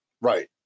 Right